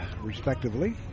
Respectively